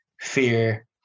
fear